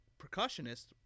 percussionist